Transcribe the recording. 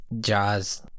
Jaws